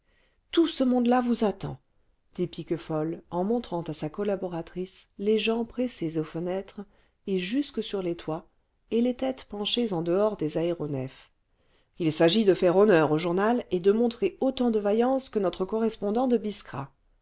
tout ce monde-là vous attend dit piquefol en montrant à sa collaboratrice les gens pressés aux fenêtres et jusque sur les toits et les têtes penchées en dehors des aéronefs il s'agit de fane honneur au journal et dé montrer autant de vaillance que notre correspondant de biskra